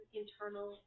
internal